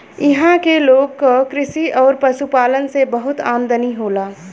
इहां के लोग क कृषि आउर पशुपालन से बहुत आमदनी होला